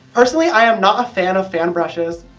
personally, i am not a fan of fan brushes.